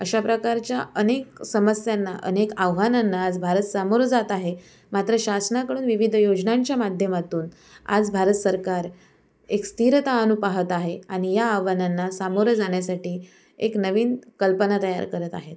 अशा प्रकारच्या अनेक समस्यांना अनेक आव्हानांना आज भारत सामोरं जात आहे मात्र शासनाकडून विविध योजनांच्या माध्यमातून आज भारत सरकार एक स्थिरता आणू पहात आहे आणि या आव्हानांना सामोरं जाण्यासाठी एक नवीन कल्पना तयार करत आहे